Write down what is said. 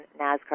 NASCAR